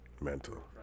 mental